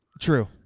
True